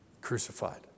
crucified